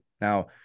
Now